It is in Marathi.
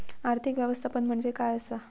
आर्थिक व्यवस्थापन म्हणजे काय असा?